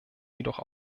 jedoch